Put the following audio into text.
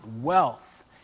wealth